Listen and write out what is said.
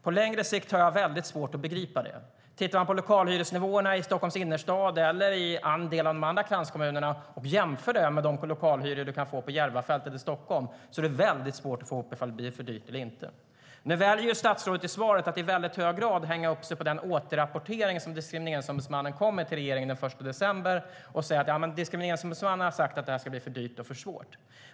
På längre sikt har jag väldigt svårt att begripa det. Tittar man på lokalhyresnivåerna i Stockholms innerstad eller i några av de andra kranskommunerna och jämför med de lokalhyror som man kan få på Järvafältet i Stockholm ser man att det är väldigt svårt att få ihop ifall det blir för dyrt eller inte. I svaret väljer statsrådet att i hög grad hänga upp sig på den återrapportering som Diskrimineringsombudsmannen kom med till regeringen den 1 december. Hon säger att Diskrimineringsombudsmannen har sagt att det blir för dyrt och för svårt.